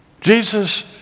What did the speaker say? Jesus